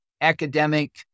academic